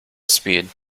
speed